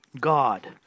God